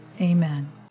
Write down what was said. Amen